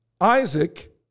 Isaac